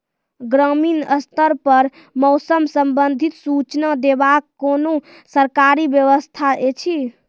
ग्रामीण स्तर पर मौसम संबंधित सूचना देवाक कुनू सरकारी व्यवस्था ऐछि?